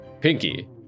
Pinky